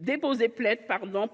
déposer plainte